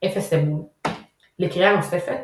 אפס אמון לקריאה נוספת